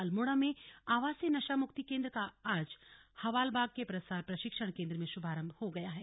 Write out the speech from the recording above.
अल्मोड़ा में आवासीय नशा मुक्ति केन्द्र का आज हवालबाग के प्रसार प्रशिक्षण केन्द्र में शुभारम्भ हो गया है